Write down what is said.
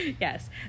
Yes